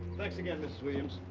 thanks again, mrs. williams.